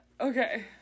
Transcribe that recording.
Okay